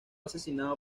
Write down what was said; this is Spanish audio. asesinado